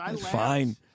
fine